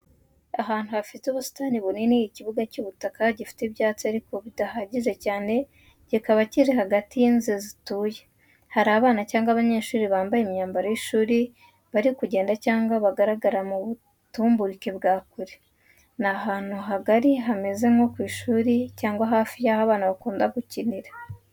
Ahantu hafite ubusitani bunini ikibuga cy’ubutaka gifite ibyatsi ariko bidahagije cyane kikaba kiri hagati y’inzu zituye. Hari abana cyangwa abanyeshuri bambaye imyambaro y’ishuri bari kugenda cyangwa bagaragara mu butumburuke bwa kure. Ni ahantu hagari hameze nko ku ishuri cyangwa hafi y’aho abana bakunda gukinira.